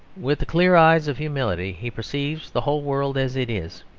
with the clear eyes of humility he perceives the whole world as it is.